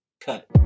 Cut